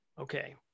Okay